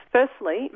Firstly